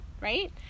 right